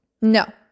No